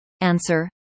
Answer